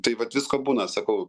tai vat visko būna sakau